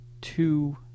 two